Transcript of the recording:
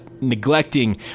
neglecting